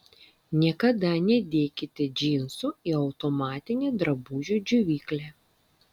niekada nedėkite džinsų į automatinę drabužių džiovyklę